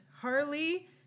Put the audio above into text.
Harley